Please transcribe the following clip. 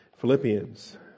Philippians